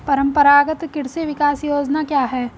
परंपरागत कृषि विकास योजना क्या है?